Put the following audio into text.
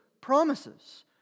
promises